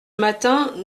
matin